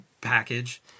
package